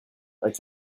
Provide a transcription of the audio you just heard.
quelle